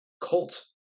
cult